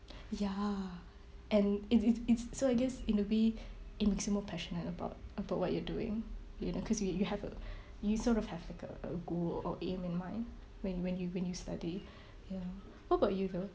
ya and it's it's it's so I guess in a way it makes you more passionate about about what you're doing you know cause you you have a you sort of have like a a goal or aim in mind when when you when you study ya what about you though